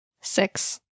Six